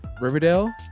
Riverdale